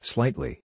Slightly